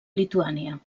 lituània